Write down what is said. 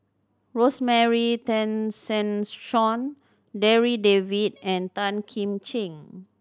Rosemary Tessensohn Darryl David and Tan Kim Ching